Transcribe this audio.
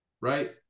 right